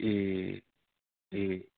ए ए